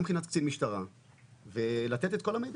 גם מבחינת קצין משטרה ולתת את כל המידע.